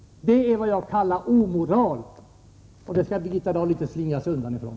Detta är vad jag kallar omoral, och det skall Birgitta Dahl inte slingra sig ifrån.